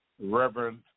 Reverend